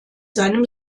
seinem